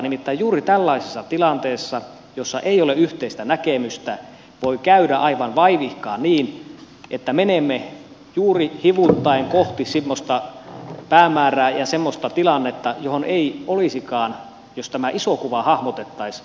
nimittäin juuri tällaisessa tilanteessa jossa ei ole yhteistä näkemystä voi käydä aivan vaivihkaa niin että menemme juuri hivuttaen kohti semmoista päämäärää ja semmoista tilannetta johon ei olisikaan jos tämä iso kuva hahmotettaisiin haluttu mennä